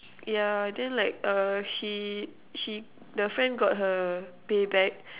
yeah then like err she she the friend got her pay back